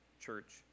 church